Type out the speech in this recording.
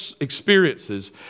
Experiences